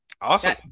Awesome